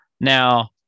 Now